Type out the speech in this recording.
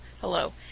Hello